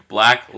Black